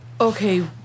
okay